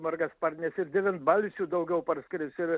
margasparnes ir devynbalsių daugiau parskris ir